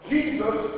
Jesus